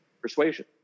persuasion